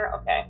Okay